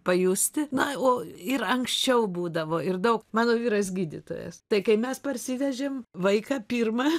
pajusti na o ir anksčiau būdavo ir daug mano vyras gydytojas tai kai mes parsivežėm vaiką pirmą